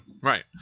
Right